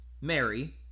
Mary